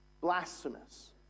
blasphemous